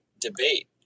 debate